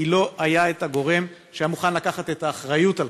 כי לא היה הגורם שהיה מוכן לקחת את האחריות לכך.